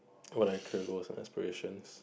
what are you career goals and aspiration